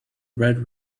red